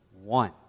one